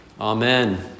Amen